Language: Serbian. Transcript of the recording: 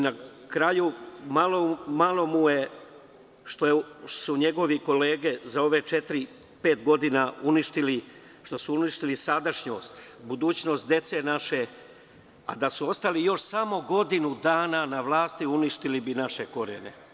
Na kraju, malo mu je što su njegove kolege za ove četiri, pet godine uništile sadašnjost, budućnost dece naše, a da su ostali još samo godinu dana na vlasti, uništili bi naše korene.